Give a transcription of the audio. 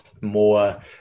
more